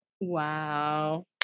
Wow